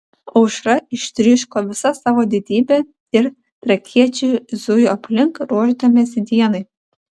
aušra ištryško visa savo didybe ir trakiečiai zujo aplink ruošdamiesi dienai